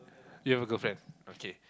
you have a girlfriend okay